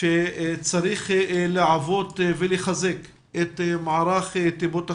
שצריך לעבות ולחזק את מערך טיפות החלב,